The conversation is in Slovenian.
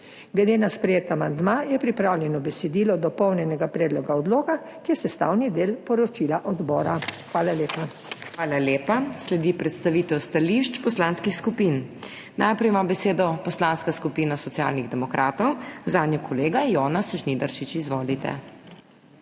Glede na sprejeti amandma je pripravljeno besedilo dopolnjenega predloga odloka, ki je sestavni del poročila odbora. Hvala lepa. PODPREDSEDNICA MAG. MEIRA HOT: Hvala lepa. Sledi predstavitev stališč poslanskih skupin. Najprej ima besedo Poslanska skupina Socialnih demokratov, zanjo kolega Jonas Žnidaršič. Izvolite.